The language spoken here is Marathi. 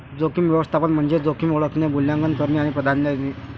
जोखीम व्यवस्थापन म्हणजे जोखीम ओळखणे, मूल्यांकन करणे आणि प्राधान्य देणे